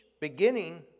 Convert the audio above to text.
beginning